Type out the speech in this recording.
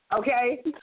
Okay